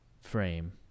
frame